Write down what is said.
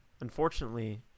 Unfortunately